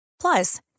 Plus